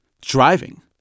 driving